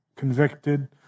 convicted